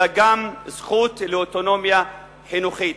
אלא גם זכות לאוטונומיה חינוכית.